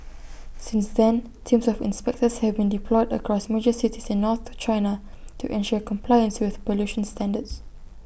since then teams of inspectors have been deployed across major cities in north China to ensure compliance with pollution standards